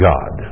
God